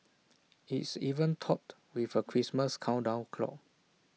it's even topped with A Christmas countdown clock